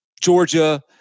Georgia